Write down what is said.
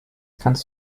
kannst